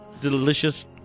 delicious